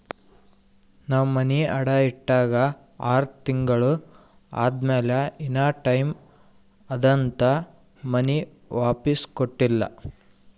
ನಾವ್ ಮನಿ ಅಡಾ ಇಟ್ಟಾಗ ಆರ್ ತಿಂಗುಳ ಆದಮ್ಯಾಲ ಇನಾ ಟೈಮ್ ಅದಂತ್ ಮನಿ ವಾಪಿಸ್ ಕೊಟ್ಟಿಲ್ಲ